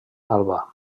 alba